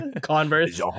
Converse